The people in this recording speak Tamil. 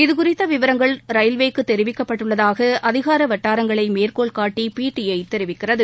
இதுகுறித்த விவரங்கள் ரயில்வேக்கு தெரிவிக்கப்பட்டுள்ளதாக அதிகார வட்டாரங்களை மேற்கோள்காட்டி பிடி ஐ தெரிவிக்கிறது